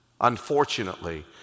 Unfortunately